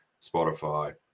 Spotify